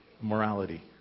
morality